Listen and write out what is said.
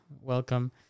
welcome